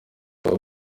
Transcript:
baba